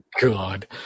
god